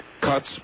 cuts